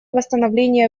восстановления